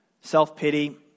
self-pity